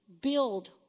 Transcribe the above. build